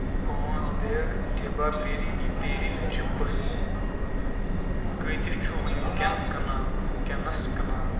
پٲنٛژھ بیگ ڈبا پیری پیری چِپس قۭتِس چھُ وٕمنکٮ۪ن ونکیٛنَس کٕنان